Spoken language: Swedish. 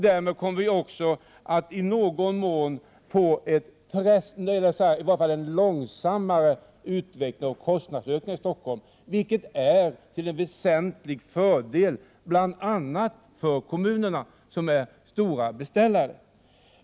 Därmed kommer vi också att i någon mån få en långsammare utveckling av kostnadsökningen i Stockholm, vilket är till väsentlig fördel för bl.a. kommunerna, som är stora beställare.